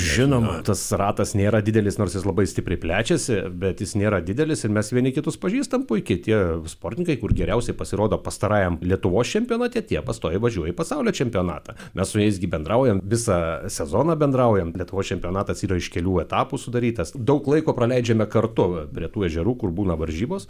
žinoma tas ratas nėra didelis nors jis labai stipriai plečiasi bet jis nėra didelis ir mes vieni kitus pažįstam puikiai tie sportininkai kur geriausiai pasirodo pastarajam lietuvos čempionate tie pastoviai važiuoja į pasaulio čempionatą mes su jais gi bendraujam visą sezoną bendraujam lietuvos čempionatas yra iš kelių etapų sudarytas daug laiko praleidžiame kartu prie tų ežerų kur būna varžybos